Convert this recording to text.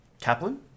Kaplan